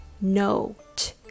note